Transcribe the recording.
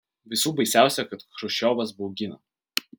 visų baisiausia kad chruščiovas baugina